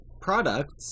products